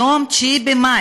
יום 9 במאי,